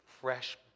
fresh